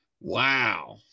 Wow